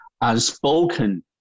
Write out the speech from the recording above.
unspoken